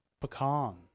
Pecan